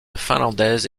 finlandaise